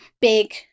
big